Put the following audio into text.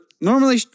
normally